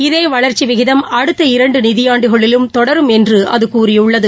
இதேவளர்ச்சிவிகிதம் இரண்டுநிதியாண்டுகளிலும் தொடரும் என்றும் அதுகூறியுள்ளது